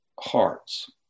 hearts